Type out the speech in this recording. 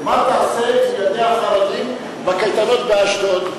מה תעשה עם ילדי החרדים בקייטנות באשדוד?